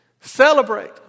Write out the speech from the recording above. Celebrate